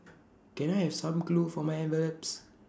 can I have some glue for my envelopes